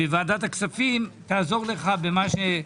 ועדת הכספים תעזור לך במה שתזדקק.